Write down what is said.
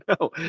no